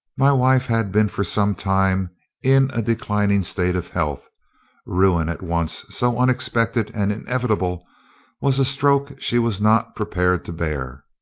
my wife had been for some time in a declining state of health ruin at once so unexpected and inevitable was a stroke she was not prepared to bear,